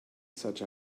such